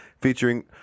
featuring